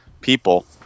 people